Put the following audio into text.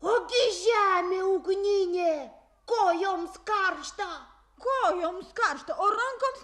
ogi žemė ugninė kojoms karšta kojoms karšta o rankas